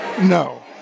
No